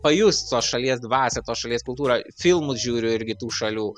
pajust tos šalies dvasią tos šalies kultūrą filmus žiūriu irgi tų šalių